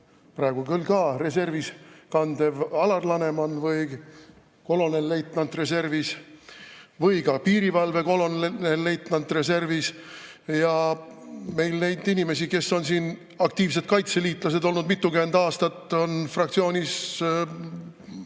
praegu küll ka reservis kandev Alar Laneman, kolonelleitnant reservis või ka piirivalve kolonelleitnant reservis. Meil neid inimesi, kes on aktiivsed kaitseliitlased olnud mitukümmend aastat, on fraktsioonis,